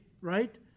right